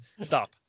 Stop